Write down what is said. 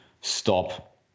stop